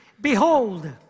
Behold